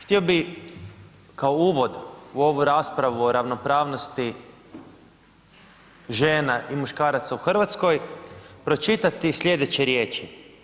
Htio bih kao uvod u ovu raspravu o ravnopravnosti žena i muškaraca u Hrvatskoj, pročitati sljedeće riječi.